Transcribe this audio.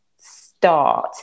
start